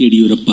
Yediyurappa